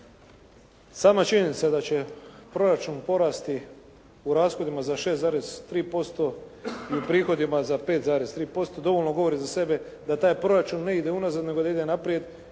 Sama činjenica da će proračun porasti u rashodima za 6,3% i u prihodima za 5,3% dovoljno govori za sebe da taj proračun ne ide unazad, nego da ide naprijed